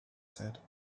said